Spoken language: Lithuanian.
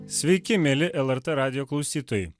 sveiki mieli lrt radijo klausytojai